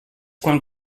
quan